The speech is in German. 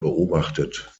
beobachtet